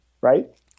right